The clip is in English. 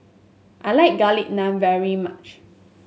I like Garlic Naan very much